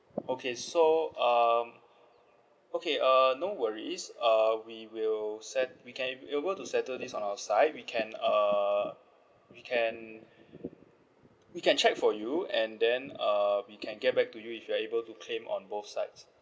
okay so um okay uh no worries uh we will set~ we can we'll be able to settle this on our side we can uh we can we can check for you and then uh we can get back to you if you're able to claim on both sides